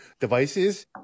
devices